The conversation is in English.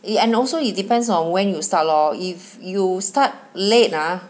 and also it depends on when you start lor if you start late ah